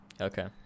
Okay